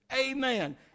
Amen